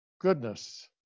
goodness